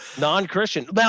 Non-Christian